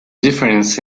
difference